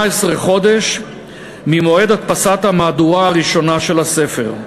חודש ממועד הדפסת המהדורה הראשונה של הספר.